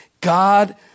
God